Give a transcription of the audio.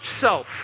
self